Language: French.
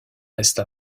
reste